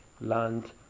land